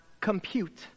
compute